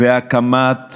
והקמת